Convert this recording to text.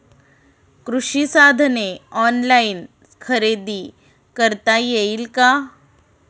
कृषी साधने ऑनलाइन खरेदी करता येतील का?